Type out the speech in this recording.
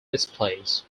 displays